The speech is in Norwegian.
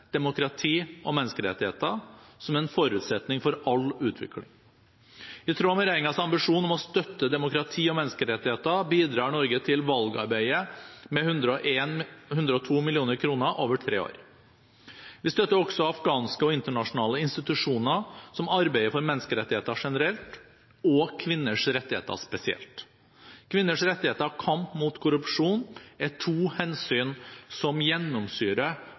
demokrati og menneskerettigheter, som er en forutsetning for all utvikling. I tråd med regjeringens ambisjon om å støtte demokrati og menneskerettigheter bidrar Norge til valgarbeidet med 102 mill. kr over tre år. Vi støtter også afghanske og internasjonale institusjoner som arbeider for menneskerettigheter generelt og kvinners rettigheter spesielt. Kvinners rettigheter og kamp mot korrupsjon er to hensyn som